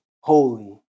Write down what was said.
holy